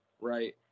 right